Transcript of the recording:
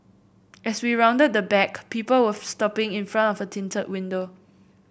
as we rounded the back people with stopping in front of a tinted window